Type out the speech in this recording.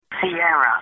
Sierra